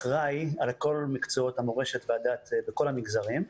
אחראי על כל מקצועות המורשת והדת בכל המגזרים,